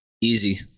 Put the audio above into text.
Easy